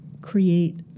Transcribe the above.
create